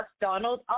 Donald